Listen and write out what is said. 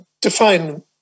Define